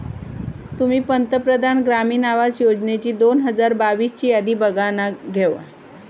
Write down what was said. तुम्ही पंतप्रधान ग्रामीण आवास योजनेची दोन हजार बावीस ची यादी बघानं घेवा